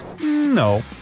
No